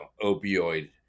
opioid